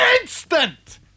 instant